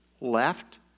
left